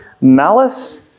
Malice